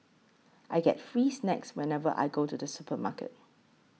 I get free snacks whenever I go to the supermarket